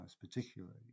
particularly